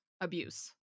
abuse